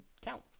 count